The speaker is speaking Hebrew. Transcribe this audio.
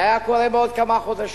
זה היה קורה בעוד כמה חודשים.